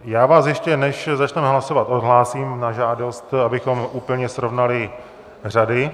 Já vás, ještě než začneme hlasovat, odhlásím na žádost, abychom úplně srovnali řady.